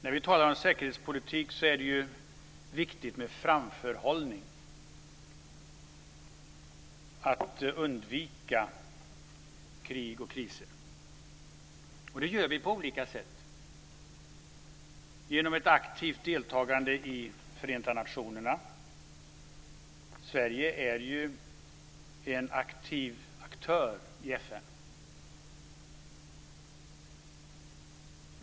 När vi talar om säkerhetspolitik är det ju viktigt med framförhållning: att undvika krig och kriser. Och det gör vi på olika sätt t.ex. genom ett aktivt deltagande i Förenta nationerna. Sverige är ju en aktiv aktör i FN.